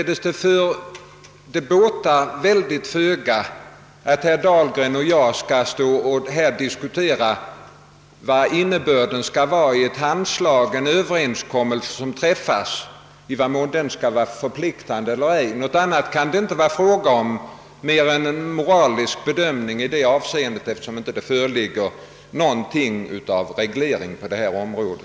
Det båtar därför föga att herr Dahlgren och jag står här och diskuterar vad innebörden skall vara av ett handslag, en överenskommelse som träffas, och i vad mån den överenskommelsen skall vara förpliktande eller ej. Det kan inte bli fråga om något annat än en moralisk bedömning, eftersom det inte föreligger något slags reglering på detta område.